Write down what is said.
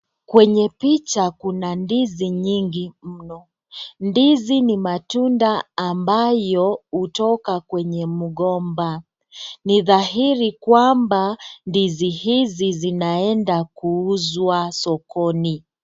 Kwenye picha kuna ndizi nyingi mno. Ndizi ni matunda ambayo utoka kwenye mgomba, ni dhahiri kwamba ndizi hizi zinaenda kuuzwa sokoni.